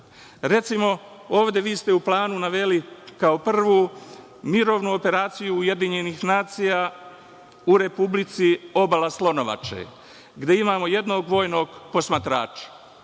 Recimo, ovde ste vi u planu naveli kao prvu – Mirovnu operaciju UN u Republici Obala Slonovače, gde imamo jednog vojnog posmatrača.